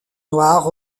noire